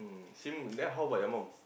same then how about your mom